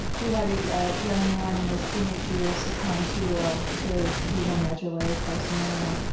we had a young man, in his teenage years, succumb to ah to renal medullary carcinoma.